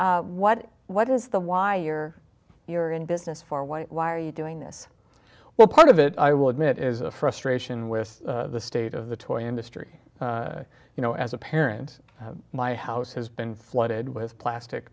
what what is the why you're here in business for white why are you doing this well part of it i will admit is a frustration with the state of the toy industry you know as a parent my house has been flooded with plastic